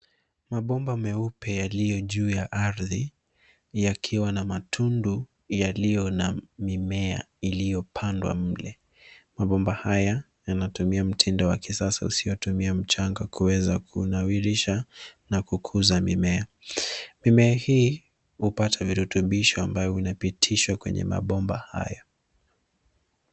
Mabomba meupe yaliyo juu ya ardhi yakiwa na matundu yaliyo na mimea iliyopandwa mle. Mabomba haya yanatumia mtindo wa kisasa usiotumia mchanga kuweza kunawirisha na kukuza mimea. Mimea hii hupata virutubisho ambayo inapitishwa kwenye mabomba hayo.